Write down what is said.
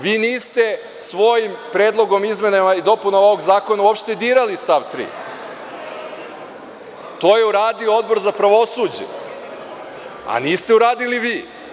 Vi niste svojim predlogom o izmena i dopunama ovog zakona uopšte dirali stav 3. To je uradio Odbor za pravosuđe, a niste uradili vi.